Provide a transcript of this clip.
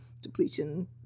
depletion